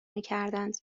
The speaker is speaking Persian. میکردند